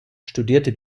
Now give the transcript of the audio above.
studierte